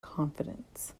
confidence